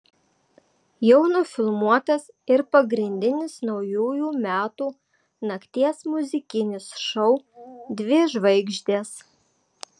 jau nufilmuotas ir pagrindinis naujųjų metų nakties muzikinis šou dvi žvaigždės